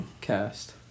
Cast